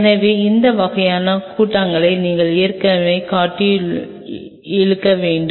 எனவே அந்த வகையான கூட்டங்களை நீங்கள் ஏற்கனவே கட்டியெழுப்ப வேண்டும்